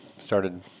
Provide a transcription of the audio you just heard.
started